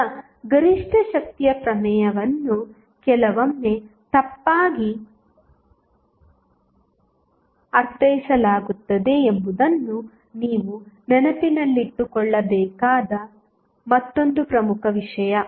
ಈಗ ಗರಿಷ್ಠ ಶಕ್ತಿಯ ಪ್ರಮೇಯವನ್ನು ಕೆಲವೊಮ್ಮೆ ತಪ್ಪಾಗಿ ಅರ್ಥೈಸಲಾಗುತ್ತದೆ ಎಂಬುದನ್ನು ನೀವು ನೆನಪಿನಲ್ಲಿಟ್ಟುಕೊಳ್ಳಬೇಕಾದ ಮತ್ತೊಂದು ಪ್ರಮುಖ ವಿಷಯ